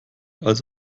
als